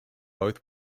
both